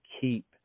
keep